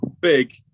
big